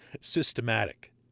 systematic